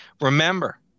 Remember